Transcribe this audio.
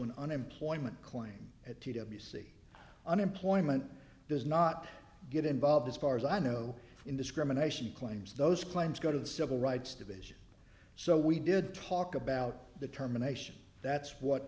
an unemployment claim at two to b c unemployment does not get involved as far as i know in discrimination claims those claims go to the civil rights division so we did talk about the terminations that's what